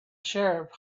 sheriff